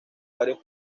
varios